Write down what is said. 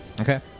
Okay